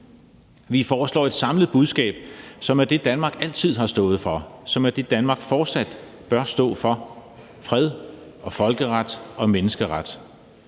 Vi foreslår et samlet budskab, som er det, Danmark altid har stået for, og som er det, Danmark fortsat bør stå for: fred, folkeret og menneskeret.